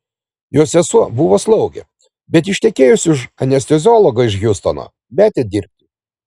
jo sesuo buvo slaugė bet ištekėjusi už anesteziologo iš hjustono metė dirbti